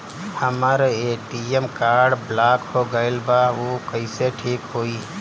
हमर ATM card block हो गईल बा ऊ कईसे ठिक होई?